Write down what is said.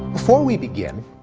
before we begin,